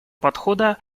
подхода